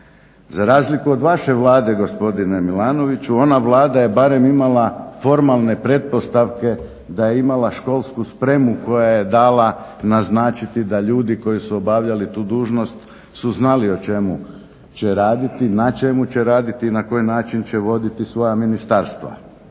Za razliku od vaše Vlade gospodine Milanoviću ona Vlada je barem imala formalne pretpostavke da je imala školsku spremu koja je dala naznačiti da ljudi koji su obavljali tu dužnost su znali o čemu će raditi, na čemu će raditi i na koji način će voditi svoja ministarstva.